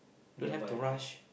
nearby lah